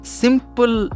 simple